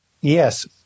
Yes